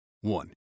One